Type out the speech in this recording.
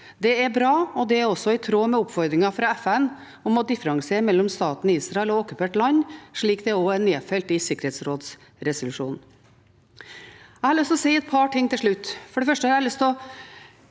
Det er bra, og det er også i tråd med oppfordringen fra FN om å differensiere mellom staten Israel og ok kupert land, slik det også er nedfelt i sikkerhetsrådsresolusjonen. Jeg har lyst til å si et par ting til slutt.